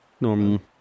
normal